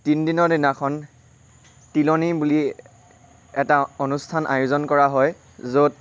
তিনিদিনৰ দিনাখন তিলনি বুলি এটা অনুষ্ঠান আয়োজন কৰা হয় য'ত